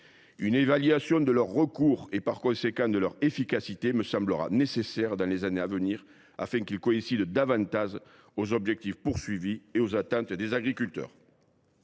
Une évaluation de leur recours, et par conséquent de leur efficacité, me semblera nécessaire dans les années à venir afin qu’ils coïncident davantage avec les objectifs et les attentes des agriculteurs.